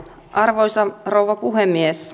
arvoisa rouva puhemies